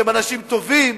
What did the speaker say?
שהם אנשים טובים,